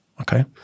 okay